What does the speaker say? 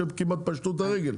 שכמעט פשטו את הרגל.